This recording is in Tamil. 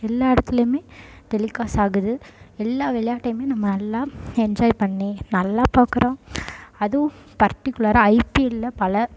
எல்லா இடத்துலையுமே டெலிகாஸ்ட் ஆகுது எல்லா விளையாட்டையுமே நம்ம நல்லா என்ஜாய் பண்ணி நல்லா பார்க்கறோம் அதுவும் பர்டிகுலராக ஐபிஎல்லில் பல